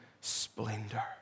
splendor